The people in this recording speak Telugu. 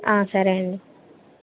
సరేండి